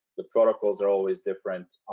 the protocols are always different.